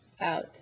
out